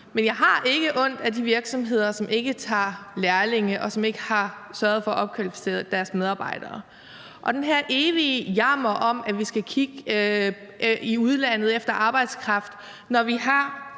men jeg har ikke ondt af de virksomheder, som ikke tager lærlinge, og som ikke har sørget for at opkvalificere deres medarbejdere; og så den her evige jammer om, at vi skal kigge til udlandet efter arbejdskraft, når vi har